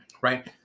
Right